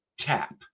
tap